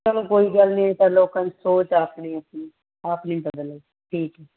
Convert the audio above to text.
ਚਲੋ ਕੋਈ ਗੱਲ ਨਹੀਂ ਇਹ ਤਾਂ ਲੋਕਾਂ ਦੀ ਸੋਚ ਆਪਣੀ ਆਪਣੀ ਆਪਣੀ ਬਦਲ ਲਉ ਠੀਕ ਹੈ